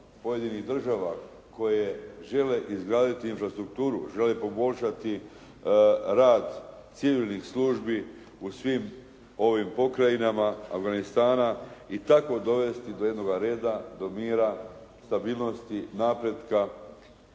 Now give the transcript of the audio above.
pojedinih država koje žele izgraditi infrastrukturu, želje poboljšati rad civilnih službi u svim ovim pokrajinama Afganistana i tako dovesti do jednoga reda, do mira, stabilnosti, napretka